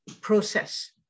process